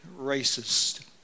racist